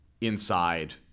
inside